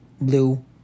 blue